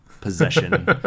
possession